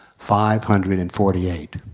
five hundred and forty eight